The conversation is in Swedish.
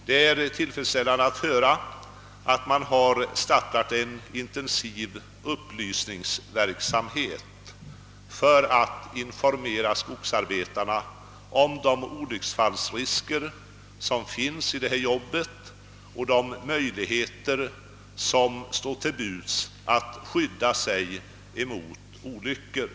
Det är tillfredsställande att höra att det nu har startats en intensiv upplysningsverksamhet för att informera skogsarbetarna om de olycksfallsrisker som finns i arbetet och om de möjligheter som står till buds för att skydda sig mot olyckor.